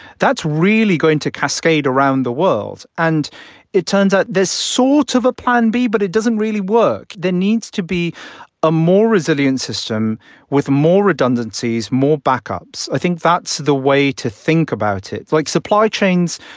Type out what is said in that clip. that's really going to cascade around the world. and it turns out there's sort of a plan b, but it doesn't really work. there needs to be a more resilient system with more redundancies, more backups. i think that's the way to think about it. like supply chains,